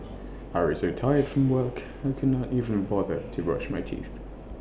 I was so tired from work I could not even bother to brush my teeth